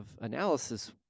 analysis